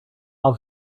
are